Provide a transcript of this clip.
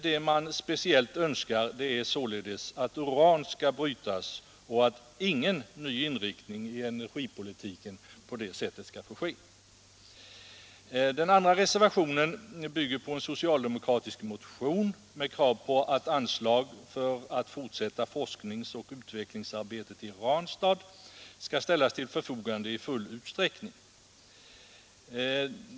Vad de speciellt önskar är således att uran skall brytas och att ingen ny inriktning av energipolitiken får ske. Den andra reservationen bygger på en socialdemokratisk motion med krav på att anslag för att fortsätta forskningsoch utvecklingsarbetet i Ranstad skall ställas till förfogande i full utsträckning.